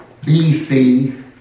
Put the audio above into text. BC